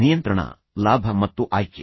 ನಿಯಂತ್ರಣ ಲಾಭ ಮತ್ತು ಆಯ್ಕೆ